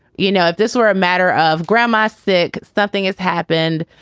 you know, if this were a matter of grandma sick. nothing has happened.